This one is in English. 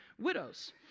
widows